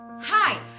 Hi